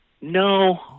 No